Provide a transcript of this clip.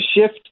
shift